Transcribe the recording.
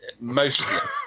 mostly